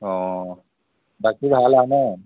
অঁ বাকি ভাল আৰু ন